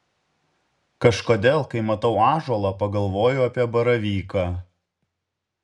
kažkodėl kai matau ąžuolą pagalvoju apie baravyką